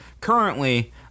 currently